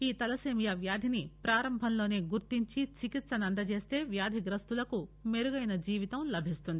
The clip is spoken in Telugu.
ఈ తలసేమియా వ్యాధిని ప్రారంభంలోనే గుర్తించి చికిత్స అందిస్తే వ్యాధిగ్రస్తులకు మెరుగైన జీవితం లభిస్తుంది